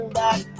back